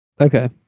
Okay